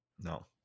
No